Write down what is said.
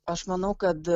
aš manau kad